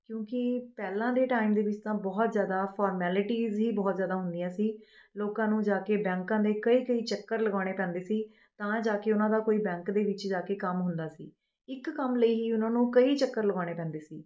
ਕਿਉਂਕਿ ਪਹਿਲਾਂ ਦੇ ਟਾਈਮ ਦੇ ਵਿੱਚ ਤਾਂ ਬਹੁਤ ਜ਼ਿਆਦਾ ਫੋਰਮੈਲਟੀਸ ਹੀ ਬਹੁਤ ਜ਼ਿਆਦਾ ਹੁੰਦੀਆਂ ਸੀ ਲੋਕਾਂ ਨੂੰ ਜਾ ਕੇ ਬੈਂਕਾਂ ਦੇ ਕਈ ਕਈ ਚੱਕਰ ਲਗਾਉਣੇ ਪੈਂਦੇ ਸੀ ਤਾਂ ਜਾ ਕੇ ਉਹਨਾਂ ਦਾ ਕੋਈ ਬੈਂਕ ਦੇ ਵਿੱਚ ਜਾ ਕੇ ਕੰਮ ਹੁੰਦਾ ਸੀ ਇੱਕ ਕੰਮ ਲਈ ਹੀ ਉਹਨਾਂ ਨੂੰ ਕਈ ਚੱਕਰ ਲਗਾਉਣੇ ਪੈਂਦੇ ਸੀ